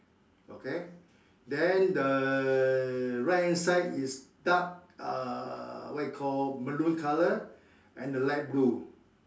okay then the right hand side is dark uh what you call maroon colour and the left blue